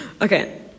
Okay